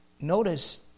notice